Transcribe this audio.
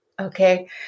Okay